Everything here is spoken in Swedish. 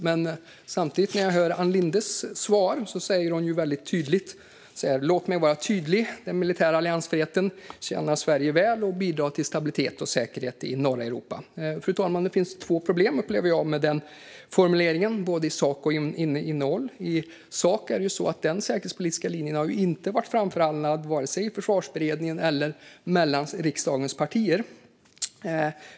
Men i Ann Lindes svar säger hon: "Låt mig vara tydlig: Den militära alliansfriheten tjänar Sverige väl och bidrar till stabilitet och säkerhet i norra Europa." Fru talman! Jag upplever att det finns två problem med den formuleringen, både i sak och i innehåll. För det första har den säkerhetspolitiska linjen inte varit framförhandlad i vare sig Försvarsberedningen eller mellan riksdagens partier.